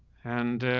and